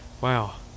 wow